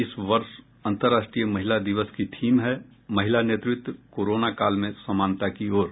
इस वर्ष अंतर्राष्ट्रीय महिला दिवस की थीम है महिला नेतृत्व कोरोनाकाल में समानता की ओर